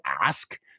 ask